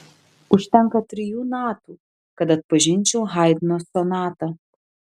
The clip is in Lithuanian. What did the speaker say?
užtenka trijų natų kad atpažinčiau haidno sonatą